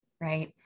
right